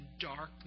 darkness